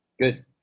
good